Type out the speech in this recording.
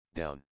down